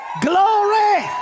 Glory